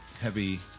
heavy